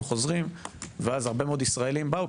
חוזרים ואז הרבה מאוד ישראלים באו,